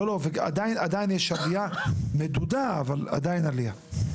לא לא, עדיין יש עליה מדודה אבל עדיין עליה.